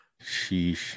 Sheesh